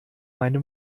meine